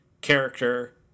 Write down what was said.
character